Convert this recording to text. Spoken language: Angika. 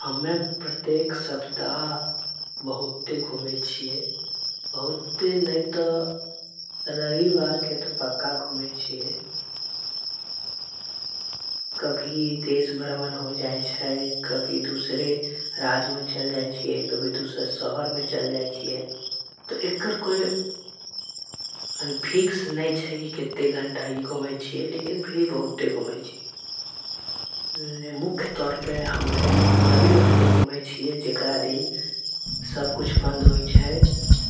हमें प्रत्येक सप्ताह बहुते घूमे के छीये। हमरा के रविवार के त पक्का घूमे के। छीये कभी देश भ्रमण हो जाय छे। कभी दुसर जाई छे एकर कोई। फिक्स नई छे की कितना घूमे जाई। छे हमरा के रविवार के घूमे जाय। छीये जब